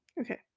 Okay